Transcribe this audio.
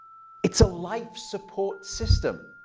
it's a life support system.